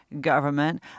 government